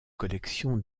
collection